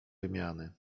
wymiany